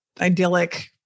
idyllic